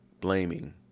blaming